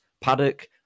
paddock